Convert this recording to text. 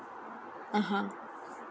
(uh huh)